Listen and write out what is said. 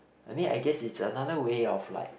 I mean I guess it's another way of like